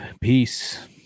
Peace